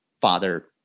father